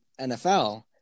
NFL